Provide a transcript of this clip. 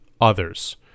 others